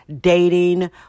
dating